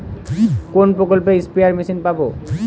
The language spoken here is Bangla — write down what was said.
কোন প্রকল্পে স্পেয়ার মেশিন পাব?